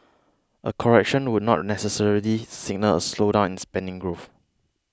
a correction would not necessarily signal a slowdown in spending growth